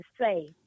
say